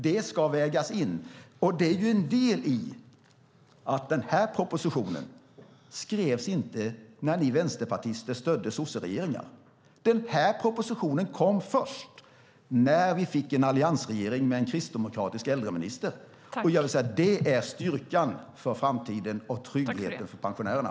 Det ska vägas in. Detta är en del i att denna proposition inte skrevs när ni vänsterpartister stödde sosseregeringar. Propositionen kom först när vi fick en alliansregering med en kristdemokratisk äldreminister. Det är styrkan för framtiden och tryggheten för pensionärerna!